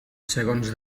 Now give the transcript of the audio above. segons